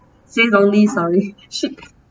say wrongly sorry sheep